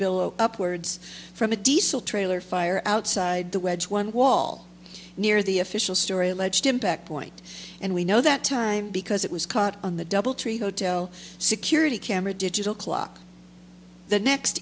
build upwards from a diesel trailer fire outside the wedge one wall near the official story alleged impact point and we know that time because it was caught on the doubletree hotel security camera digital clock the next